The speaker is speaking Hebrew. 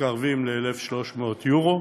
מתקרבים ל-1,300 יורו,